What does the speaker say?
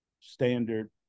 standard